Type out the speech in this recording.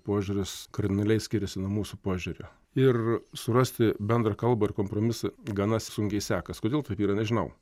požiūris kardinaliai skiriasi nuo mūsų požiūrio ir surasti bendrą kalbą ir kompromisą gana sunkiai sekas kodėl taip yra nežinau